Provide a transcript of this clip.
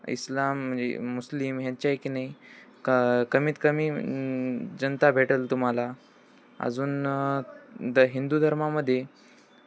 इस्लाम म्हणजे मुस्लिम ह्यांच्या की नाही क कमीत कमी जनता भेटेल तुम्हाला अजून द हिंदू धर्मामध्ये